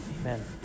amen